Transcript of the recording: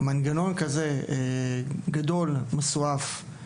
מנגנון כזה גדול ומסועף,